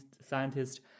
scientist